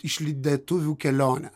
išlydėtuvių kelionę